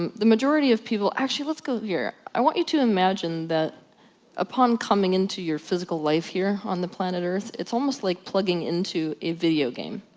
um the majority of people, actually let's go here, i want you to imagine, that upon coming into your physical life here on the planet earth, it's almost like plugging into a video game.